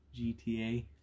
GTA